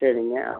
சரிங்க